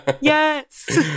Yes